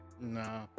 Nah